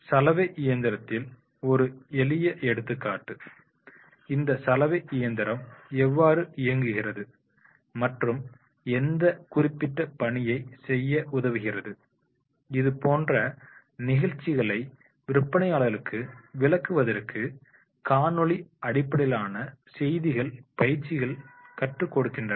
சலவை இயந்திரத்தின் ஒரு எளிய எடுத்துக்காட்டு இந்த சலவை இயந்திரம் எவ்வாறு இயங்குகிறது மற்றும் எந்த குறிப்பிட்ட பணியை செய்ய உதவுகிறது இது போன்ற நிகழ்ச்சிகளை விற்பனையாளருக்கு விளக்குவதற்கு காணொளி அடிப்படையிலான செய்திகள் பயிற்சிகள் கற்றுக் கொடுக்கின்றனர்